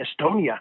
Estonia